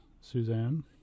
Suzanne